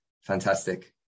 Fantastic